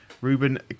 Ruben